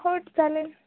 हो चालेल